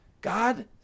God